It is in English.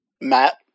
Matt